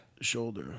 shoulder